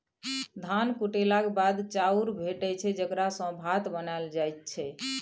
धान कुटेलाक बाद चाउर भेटै छै जकरा सँ भात बनाएल जाइ छै